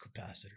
capacitor